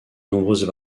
nombreuses